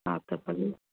हा त भले